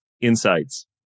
insights